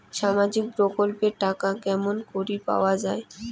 সামাজিক প্রকল্পের টাকা কেমন করি পাওয়া যায়?